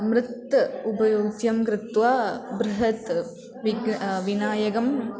मृत् उपयोगं कृत्वा बृहत् विग् विनायकं